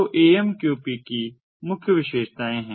तो ये AMQP की मुख्य विशेषताएं हैं